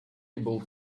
able